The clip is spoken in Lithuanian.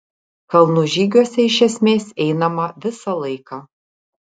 kalnų žygiuose iš esmės einama visą laiką